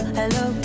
hello